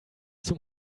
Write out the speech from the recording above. zum